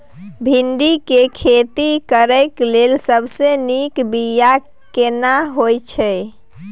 भिंडी के खेती करेक लैल सबसे नीक बिया केना होय छै?